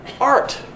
art